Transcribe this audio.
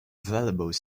valuable